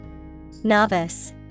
Novice